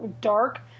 dark